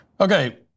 Okay